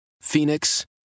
Phoenix